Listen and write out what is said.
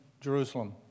Jerusalem